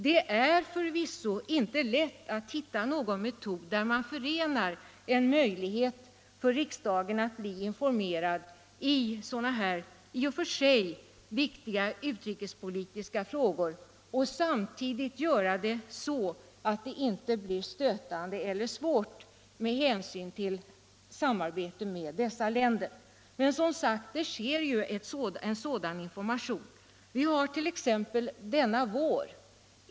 Det är förvisso inte lätt att hitta någon metod där man ger riksdagen möjlighet att bli informerad i sådana här i och för sig viktiga utrikespolitiska frågor och samtidigt göra det så att det inte blir stötande eller svårt med hänsyn till samarbetet med dessa länder. Men det sker som sagt en sådan information.